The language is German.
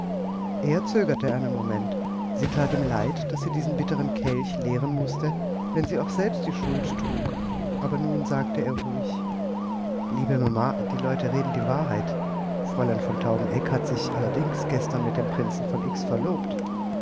er zögerte einen moment sie that ihm leid daß sie diesen bitteren kelch leeren mußte wenn sie auch selbst die schuld trug aber nun sagte er ruhig liebe mama die leute reden die wahrheit fräulein von taubeneck hat sich allerdings gestern mit dem prinzen von x verlobt